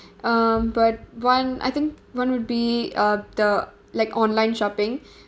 um but one I think one would be uh the like online shopping